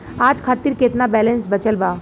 आज खातिर केतना बैलैंस बचल बा?